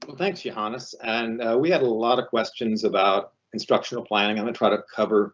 but thanks, johannes. and we had a lot of questions about instructional planning. i'm gonna try to cover